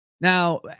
Now